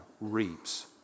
reaps